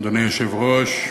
אדוני היושב-ראש,